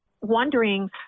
wondering